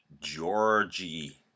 Georgie